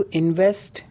invest